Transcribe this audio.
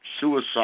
suicide